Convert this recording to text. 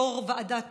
יושב-ראש ועידת